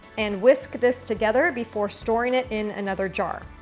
and whisk this together before storing it in another jar.